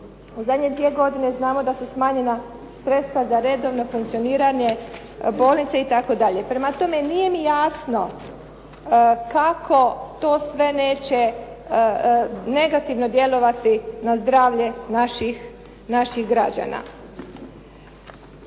U zadnje dvije godine znamo da su smanjena sredstva za redovno funkcioniranje bolnica itd. Prema tome, nije mi jasno kako to sve neće negativno djelovati na zdravlje naših građana.